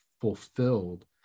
fulfilled